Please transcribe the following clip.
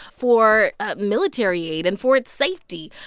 for ah military aid and for its safety.